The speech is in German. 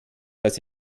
dass